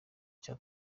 cya